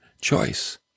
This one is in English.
choice